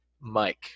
Mike